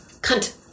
Cunt